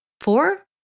Four